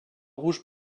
rouge